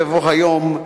בבוא היום,